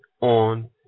on